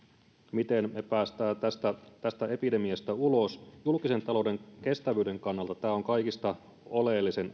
miten me pääsemme tästä epidemiasta ulos julkisen talouden kestävyyden kannalta tämä on kaikista oleellisin